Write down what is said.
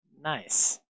Nice